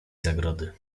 zagrody